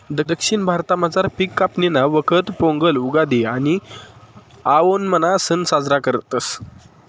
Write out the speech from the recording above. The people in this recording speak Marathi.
दक्षिण भारतामझार पिक कापणीना वखत पोंगल, उगादि आणि आओणमना सण साजरा करतस